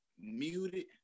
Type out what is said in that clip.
muted